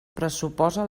pressuposa